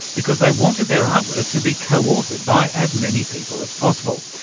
because they wanted their artwork to be co-authored by as many people as possible,